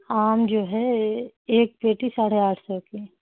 आम जो है एक पेटी साढ़े आठ सौ के